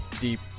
deep